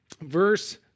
verse